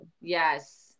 Yes